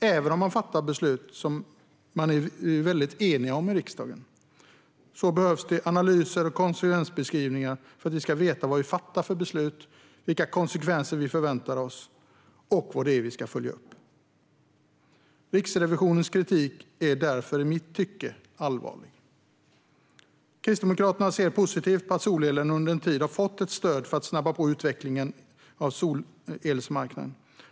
Även om vi fattar beslut som det finns stor enighet om i riksdagen behövs analyser och konsekvensbeskrivningar för att vi ska veta vilka beslut vi fattar, vilka konsekvenser vi förväntar oss och vad det är som vi ska följa upp. Riksrevisionens kritik är därför i mitt tycke allvarlig. Kristdemokraterna ser positivt på att solelen under en tid har fått ett stöd för att snabba på utvecklingen av solelmarknaden.